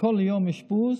על כל יום אשפוז.